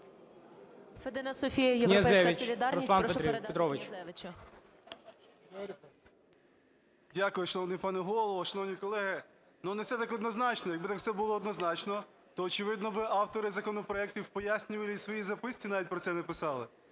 Дякую, шановний пане Голово. Шановні колеги, ну, не все так однозначно. Якби так все було однозначно, то очевидно би автори законопроектів у пояснювальній своїй записці навіть про це написали.